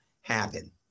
happen